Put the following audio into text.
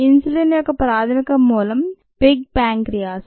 insulin యొక్క ప్రాథమిక మూలం పిగ్ ప్యాంక్రీయాస్స్